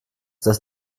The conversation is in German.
das